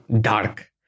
dark